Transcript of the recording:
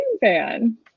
fan